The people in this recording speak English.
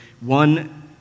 one